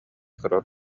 көрөр